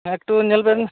ᱮᱠᱴᱩ ᱧᱮᱞ ᱵᱮᱱ